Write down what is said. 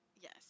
Yes